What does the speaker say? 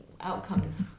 outcomes